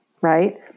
Right